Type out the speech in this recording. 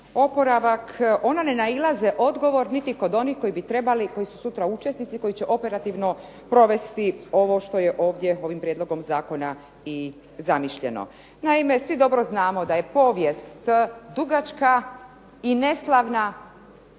ona ne nailaze odgovor niti kod onih koji bi trebali, koji su sutra učesnici, koji će operativno provesti ovo što je ovdje ovim prijedlogom zakona i zamišljeno. Naime, svi dobro znamo da je povijest dugačka i neslavna